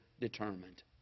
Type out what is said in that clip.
determined